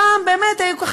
פעם היה ה"שירותרום",